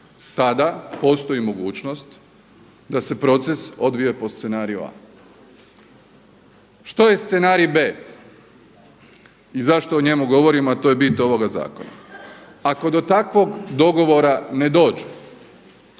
Tada postoji mogućnost da se proces odvija po scenariju A. Što je scenarij B i zašto o njemu govorimo a to je bit ovoga zakona? Ako do takvog dogovora ne dođe